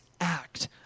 act